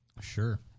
Sure